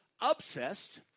obsessed